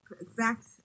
exact